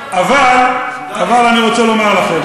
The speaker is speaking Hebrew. אבל אני רוצה לומר לכם,